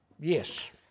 Yes